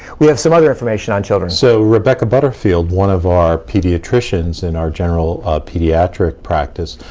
we have some other information on children. so, rebecca butterfield, one of our pediatricians in our general pediatric practice,